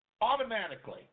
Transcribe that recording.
Automatically